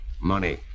Money